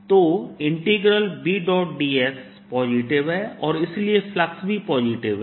तो BdS positive है और इसलिए फ्लक्स भी पॉजिटिव है